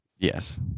Yes